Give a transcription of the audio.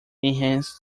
enhanced